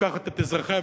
לוקחת את אזרחיה,